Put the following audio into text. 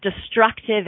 destructive